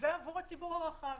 ועבור הציבור הרחב,